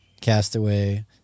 Castaway